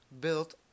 built